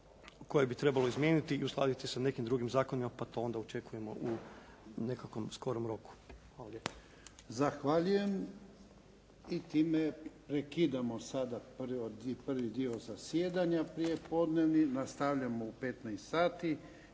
koje bi trebalo izmijeniti i uskladiti sa nekim drugim zakonima pa to onda očekujemo u nekakvom skorom roku. Hvala lijepa. **Jarnjak, Ivan (HDZ)** Zahvaljujem. I time prekidamo sada prvi dio zasjedanja prijepodnevni. Nastavljamo u 15 sati